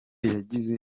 yagize